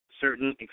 certain